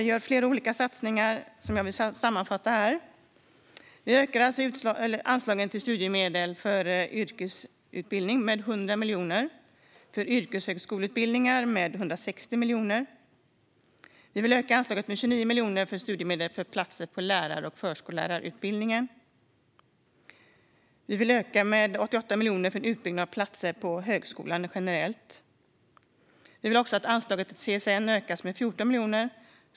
Vi gör flera olika satsningar som jag vill sammanfatta här: Vi ökar anslagen till studiemedel för yrkesutbildning med 100 miljoner och för yrkeshögskoleutbildningar med 160 miljoner. Vi vill öka anslaget till studiemedel för platser på lärar och förskollärarutbildningarna med 29 miljoner. Vi vill öka anslaget till utbyggnad av platser på högskolan generellt med 88 miljoner. Vi vill att anslaget till CSN ökas med 14 miljoner.